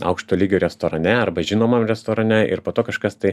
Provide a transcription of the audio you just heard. aukšto lygio restorane arba žinomam restorane ir po to kažkas tai